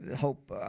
hope